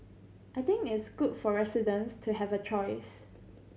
I think it's good for residents to have a choice